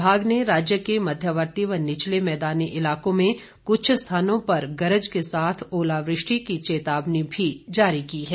विभाग ने राज्य के मध्यवर्ती व निचले मैदानी इलाकों में कुछ स्थानों पर गरज के साथ ओलावृष्टि की चेतावनी भी जारी की है